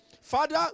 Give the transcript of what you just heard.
Father